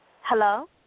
Hello